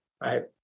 Right